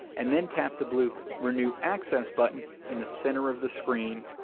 and then tap the blue renew access button in the center of the screen.